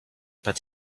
but